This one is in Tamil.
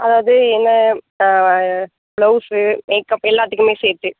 அது என்ன ஆ ப்ளவுஸு மேக்கப் எல்லாத்துக்கும் சேர்த்து